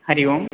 हरिओम्